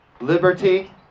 Liberty